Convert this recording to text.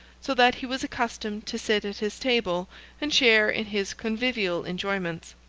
so that he was accustomed to sit at his table and share in his convivial enjoyments.